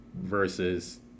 versus